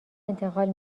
انتقال